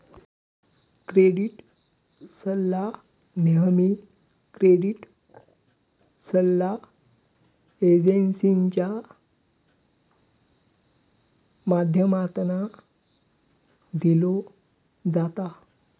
credit सल्ला नेहमी credit सल्ला एजेंसींच्या माध्यमातना दिलो जाता